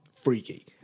freaky